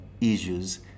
issues